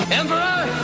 emperor